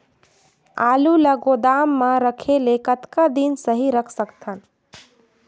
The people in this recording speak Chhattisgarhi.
आलू ल गोदाम म रखे ले कतका दिन सही रख सकथन?